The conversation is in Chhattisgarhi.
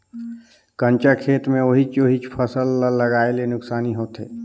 कंचा खेत मे ओहिच ओहिच फसल ल लगाये ले नुकसानी होथे